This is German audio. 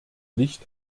licht